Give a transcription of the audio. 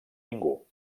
ningú